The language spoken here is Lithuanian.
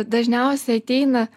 dažniausiai ateina